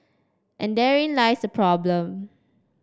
and therein lies problem